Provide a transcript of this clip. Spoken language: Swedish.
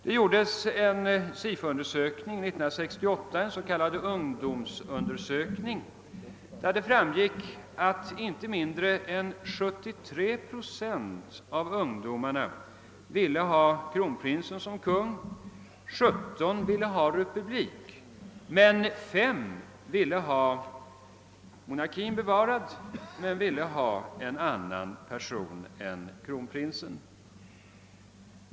Det gjordes 1968 en Sifoundersökning, en s.k. ungdomsundersökning, varav framgick att inte mindre än 73 procent av ungdomarna ville ha kronprinsen som kung, 17 procent ville ha republik och 5 procent ville ha monarkin bevarad men önskade ha en annan person än kronprinsen.